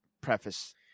preface